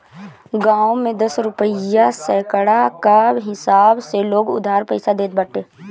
गांव में दस रुपिया सैकड़ा कअ हिसाब से लोग उधार पईसा देत बाटे